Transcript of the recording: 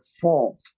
fault